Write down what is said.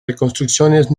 reconstrucciones